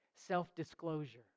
self-disclosure